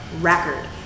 record